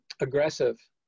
aggressive